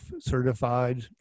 certified